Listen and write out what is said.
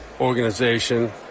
organization